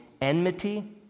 enmity